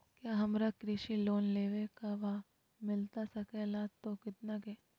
क्या हमारा कृषि लोन लेवे का बा मिलता सके ला तो कितना के?